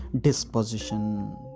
disposition